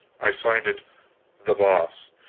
i signed it the boss,